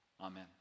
Amen